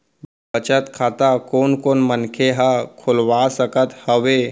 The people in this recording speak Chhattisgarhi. बचत खाता कोन कोन मनखे ह खोलवा सकत हवे?